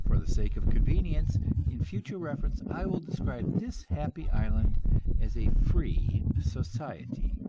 for the sake of convenience in future reference, i will describe this happy island as a free society